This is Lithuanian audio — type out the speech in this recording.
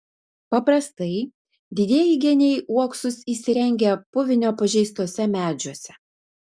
paprastai didieji geniai uoksus įsirengia puvinio pažeistuose medžiuose